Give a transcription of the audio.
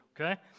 Okay